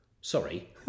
Sorry